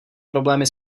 problémy